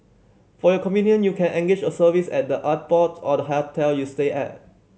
for your convenience you can engage a service at the airport or the hotel you stay at